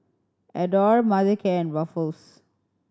Adore Mothercare and Ruffles